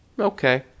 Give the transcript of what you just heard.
Okay